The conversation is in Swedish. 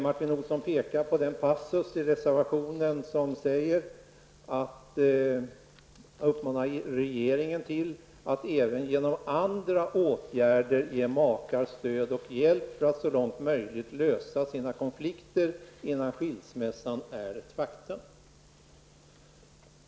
Martin Olsson pekar på den passus i reservationen där man uppmanar regeringen att även genom andra åtgärder ge makarna stöd och hjälp för att så långt möjligt lösa konflikterna innan en skilsmässa är ett faktum.